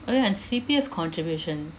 orh ya and C_P_F contribution